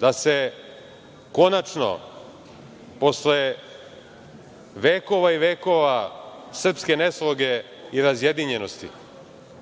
da se konačno posle vekova i vekova srpske nesloge i razjedinjenosti,